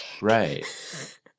Right